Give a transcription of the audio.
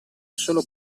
solo